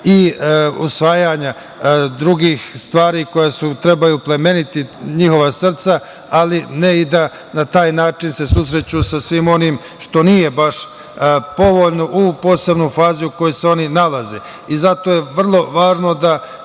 i usvajanja drugih stvari koja trebaju oplemeniti njihova srca, ali ne i da na taj način se susreću sa svime onim što nije baš povoljno, posebno u fazi u kojoj se oni nalaze. Zato, vrlo je važno da